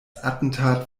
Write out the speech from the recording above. attentat